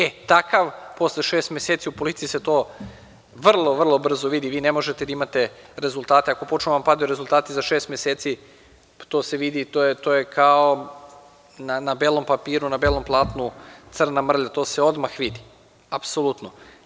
E, takav posle šest meseci u policiji se to vrlo, vrlo brzo vidi, vi ne možete da imate rezultate ako počnu da vam padaju rezultati za šest meseci to se vidi i to je kao na belom papiru, na belom platnu crna mrlja, to se odmah vidi, apsolutno.